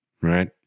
right